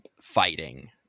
fighting